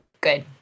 Good